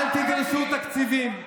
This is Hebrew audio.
אל תדרשו תקציבים.